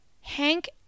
Hank